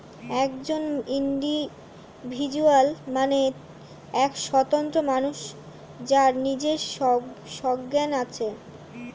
একজন ইন্ডিভিজুয়াল মানে এক স্বতন্ত্র মানুষ যার নিজের সজ্ঞান আছে